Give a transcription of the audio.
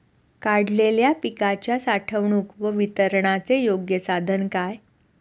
काढलेल्या पिकाच्या साठवणूक व वितरणाचे योग्य साधन काय?